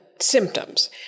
symptoms